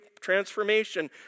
transformation